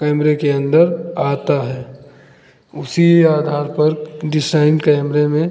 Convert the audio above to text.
कैमरे के अंदर आता है उसी आधार पर डिसाइन कैमरे में